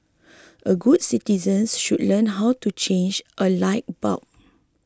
all good citizens should learn how to change a light bulb